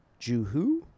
Juhu